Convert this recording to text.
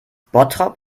bottrop